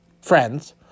friends